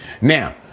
Now